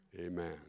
amen